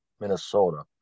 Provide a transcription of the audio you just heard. minnesota